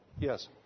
Yes